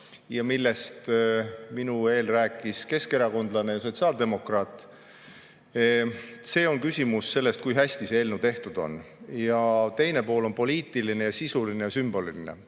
ja millest minu eel rääkisid keskerakondlane ja sotsiaaldemokraat. See on küsimus sellest, kui hästi on see eelnõu tehtud. Teine pool on poliitiline, sisuline ja sümboliline.